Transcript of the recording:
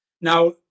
now